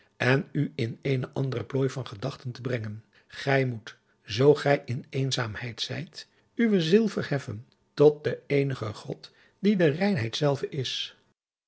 en u in eene andere plooi van gedachten te brengen gij moet zoo gij in eenzaamheid zijt uwe ziel verheffen tot den eenigen god die de reinheid zelve is